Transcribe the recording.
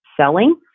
selling